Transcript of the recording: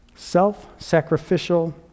self-sacrificial